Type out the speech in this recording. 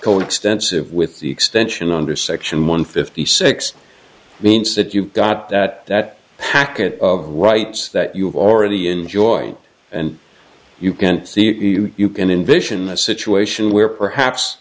coextensive with the extension under section one fifty six means that you've got that that packet of rights that you've already enjoyed and you can see if you can envision a situation where perhaps